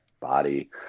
body